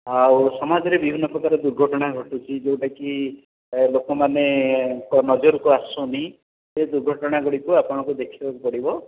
ଆଉ ସମାଜରେ ବିଭନ୍ନ ପ୍ରକାର ଦୁର୍ଘଟଣା ଘଟୁଅଛି ଯେଉଁଟାକି ଲୋକମାନେ ଙ୍କ ନଜରକୁ ଆସୁନି ସେହି ଦୁର୍ଘଟଣା ଗୁଡ଼ିକ ଆପଣଙ୍କୁ ଦେଖିବାକୁ ପଡ଼ିବ